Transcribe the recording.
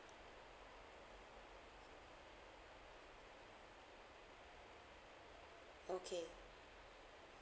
okay